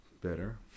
better